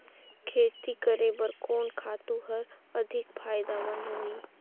खेती करे बर कोन खातु हर अधिक फायदामंद होही?